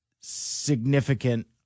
significant